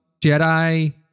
Jedi